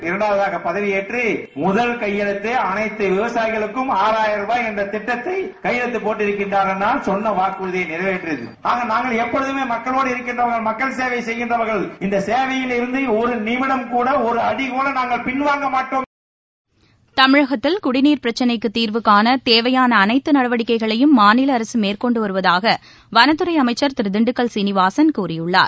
இரண்டாவதாக பதவியேற்று முதல் கையெழுத்தே அளைத்து விவசாயிகளுக்கும் ஆறாயிரம் ருபாய் என்ற திட்டத்தில் கையெழுத்து போட்டு இருக்கிறார் என்றால் சொன்ன வாக்குறுதியை நிறைவேற்றியிருக்கிறோம் ஆக நாங்கள் எப்பொழுதமே மக்களோடு இருக்கிறவர்கள் மக்கள் சேவை செய்கின்றவர்கள் இந்த சேவைகளிலிருந்து ஒரு நிமிடம் கூட ஒரு அடி கூட நாங்கள் பின்வாங்க மாட்டோம் தமிழகத்தில் குடிநீர் பிரச்சிளைக்கு தீர்வுகாண தேவையான அனைத்து நடவடிக்கைகளையும் மாநில அரசு மேற்கொண்டு வருவதாக வனத்துறை அமைச்சர் திரு திண்டுக்கல் சீனிவாசன் கூறியுள்ளார்